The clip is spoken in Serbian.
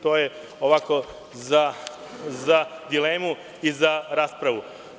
To je ovako za dilemu i za raspravu.